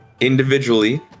individually